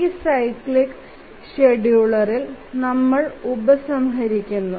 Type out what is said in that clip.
ഈ സൈക്കിക് ഷെഡ്യൂളറിൽ നമ്മൾ ഉപസംഹരിക്കുന്നു